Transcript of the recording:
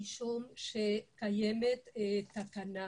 משום שקיימת תקנה,